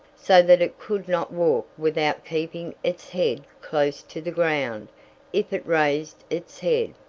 so that it could not walk without keeping its head close to the ground if it raised its head,